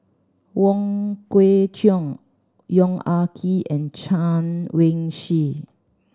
Wong Kwei Cheong Yong Ah Kee and Chen Wen Hsi